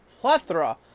plethora